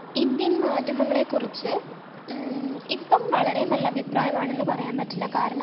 Indian മാധ്യമങ്ങളെക്കുറിച്ച് ഇപ്പം വളരെ നല്ല അഭിപ്രായമാണെന്ന് പറയാൻ പറ്റില്ല കാരണം